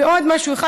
ועוד משהו אחד,